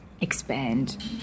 expand